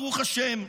ברוך השם",